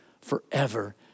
forever